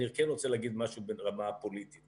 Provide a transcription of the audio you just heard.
אני כן רוצה להגיד משהו ברמה הפוליטית,